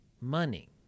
money